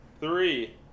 Three